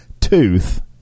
tooth